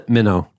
Minnow